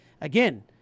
again